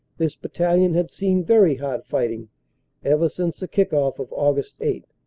this battalion had seen very hard fighting ever since the kick-off of aug. eight,